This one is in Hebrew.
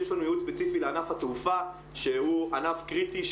יש לנו ייעוד ספציפי לענף התעופה שהוא ענף קריטי,